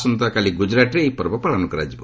ଆସନ୍ତାକାଲି ଗୁଜରାଟ୍ରେ ଏହି ପର୍ବ ପାଳନ କରାଯିବ